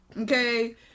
Okay